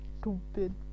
stupid